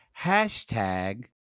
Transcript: Hashtag